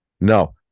No